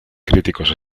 críticos